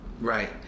Right